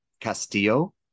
Castillo